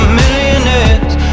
millionaires